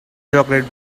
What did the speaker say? chocolate